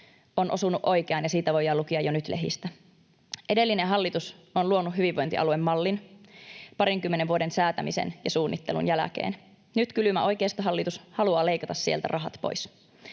on osunut oikeaan, ja siitä voidaan lukea jo nyt lehdistä. Edellinen hallitus on luonut hyvinvointialuemallin parinkymmenen vuoden säätämisen ja suunnittelun jälkeen. Nyt kylmä oikeistohallitus haluaa leikata sieltä rahat pois.